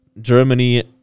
Germany